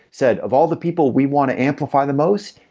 said of all the people we want to amplify the most,